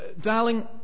Darling